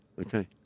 Okay